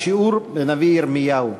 בשיעור בנביא ירמיהו.